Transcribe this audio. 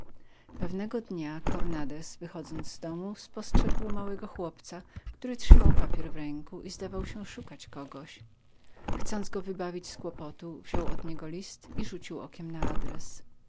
pewnego dnia cornandez wychodząc z domu spostrzegł małego chłopca który trzymał papier w ręku i zdawał się szukać kogoś chcąc go wydźwignąć z kłopotu wziął od niego list i przeczytał napis do